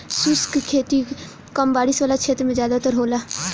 शुष्क खेती कम बारिश वाला क्षेत्र में ज़्यादातर होला